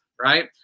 right